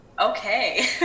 okay